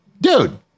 dude